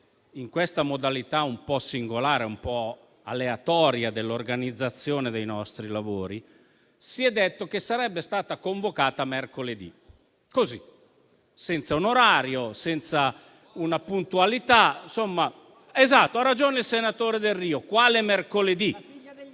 in questa modalità un po' singolare e un po' aleatoria dell'organizzazione dei nostri lavori, si è detto che sarebbe stata convocata mercoledì; così, senza un orario, senza una puntualità. Esatto, ha ragione il senatore Delrio: quale mercoledì? Sostanzialmente